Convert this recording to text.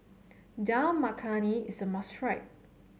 Dal Makhani is a must try